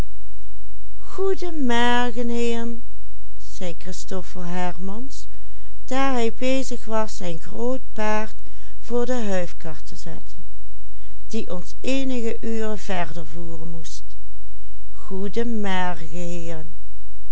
hij bezig was zijn groot paard voor de huifkar te zetten die ons eenige uren verder voeren moest